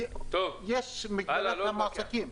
יש תעשייה.